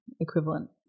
equivalent